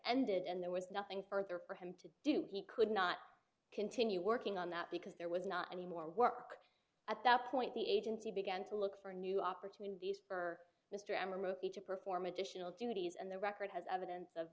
ended and there was nothing further for him to do he could not continue working on that because there was not any more work at that point the agency began to look for new opportunities for mr amrozi to perform additional duties and the record has evidence of